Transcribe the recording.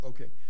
Okay